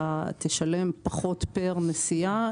תשלם פחות פר נסיעה.